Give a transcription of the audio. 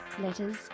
Letters